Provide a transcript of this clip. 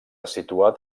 situat